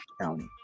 County